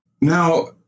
Now